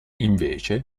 invece